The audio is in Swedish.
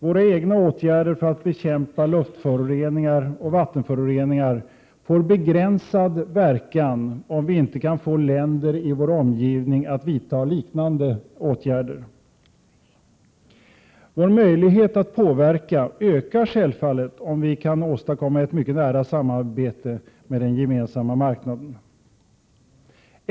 Våra egna åtgärder för att bekämpa luftföroreningar och vattenföroreningar får begränsad verkan om vi inte kan få länder i vår omgivning att vidta liknande åtgärder. Vår möjlighet att påverka ökar självfallet om vi kan åstadkomma ett mycket nära samarbete med den gemensamma marknaden.